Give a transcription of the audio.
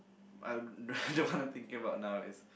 I'll the one I'm thinking about now is